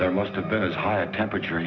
there must have been a higher temperature